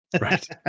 Right